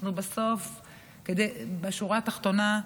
בשורה התחתונה,